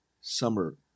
summer